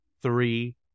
three